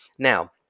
Now